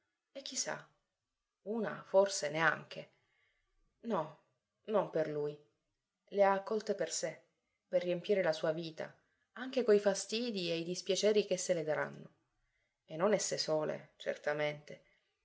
neanche no non per lui le ha accolte per sé per riempire la sua vita anche coi fastidii e i dispiaceri ch'esse le daranno e non esse sole certamente